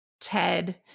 Ted